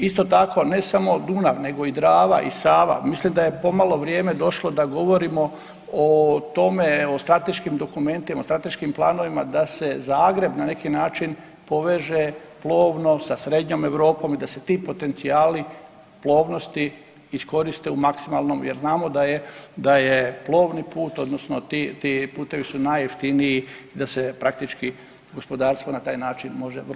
Isto tako ne samo Dunav nego i Drava i Sava mislim da je pomalo vrijeme došlo da govorimo o tome, o strateškim dokumentima, o strateškim planovima da se Zagreb na neki način poveže plovno sa Srednjom Europom i da se ti potencijali plovnosti iskoriste u maksimalnom jer znamo da je, da je plovni put odnosno ti putevi su najjeftiniji da se praktički gospodarstvo na taj način može vrlo brzo oporaviti.